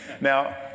Now